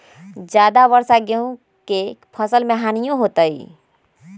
ज्यादा वर्षा गेंहू के फसल मे हानियों होतेई?